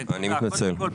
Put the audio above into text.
קודם כל,